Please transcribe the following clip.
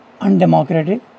undemocratic